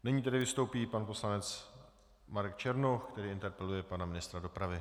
Nyní tedy vystoupí pan poslanec Marek Černoch, který interpeluje pana ministra dopravy.